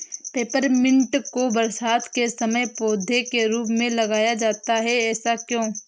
Peppermint को बरसात के समय पौधे के रूप में लगाया जाता है ऐसा क्यो?